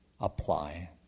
apply